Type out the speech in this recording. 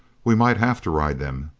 we might have to ride them!